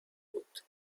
بود